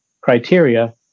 criteria